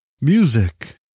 Music